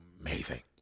amazing